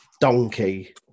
Donkey